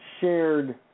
shared